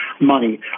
money